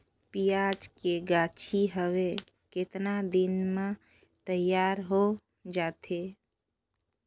पियाज के गाछी हवे कतना दिन म तैयार हों जा थे?